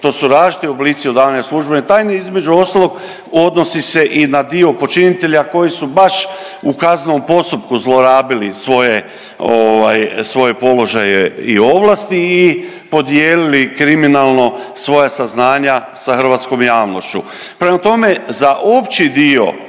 To su različiti oblici odavanja službene tajne, između ostalog odnosi se i na dio počinitelja koji su baš u kaznenom postupku zlorabili svoje položaje i ovlasti i podijelili kriminalno svoja saznanja sa hrvatskom javnošću. Prema tome, za opći dio